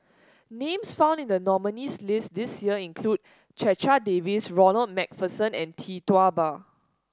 names found in the nominees' list this year include Checha Davies Ronald MacPherson and Tee Tua Ba